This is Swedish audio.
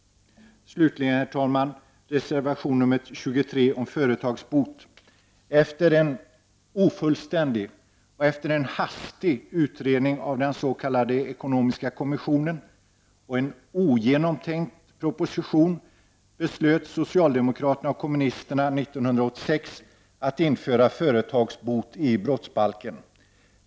Slutligen, herr talman, vill jag ta upp reservation nr 23 om företagsbot. Efter en ofullständig och hastig utredning av den s.k. ekonomiska kommissionen och en ogenomtänkt proposition beslutade socialdemokraterna och kommunisterna 1986 att införa ”företagsbot” i brottsbalken.